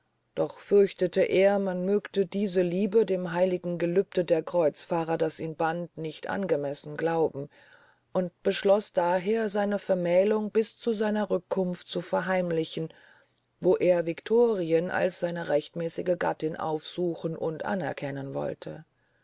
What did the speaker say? doch fürchtete er man mögte diese liebe dem heiligen gelübde der kreuzfahrer das ihn band nicht angemessen glauben und beschloß daher seine vermählung bis zu seiner rückkunft zu verheimlichen wo er victorien als seine rechtmäßige gattin aufsuchen und anerkennen wolte